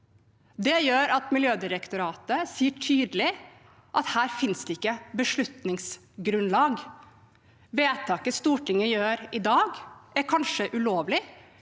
Det gjør at Miljødirektoratet sier tydelig at det ikke finnes beslutningsgrunnlag her. Vedtaket Stortinget gjør i dag, er kanskje ulovlig